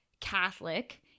Catholic